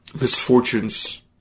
misfortunes